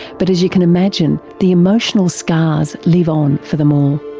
but as you can imagine the emotional scars live on for them all.